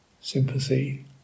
sympathy